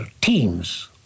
teams